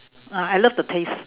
ah I love the taste